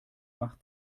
mach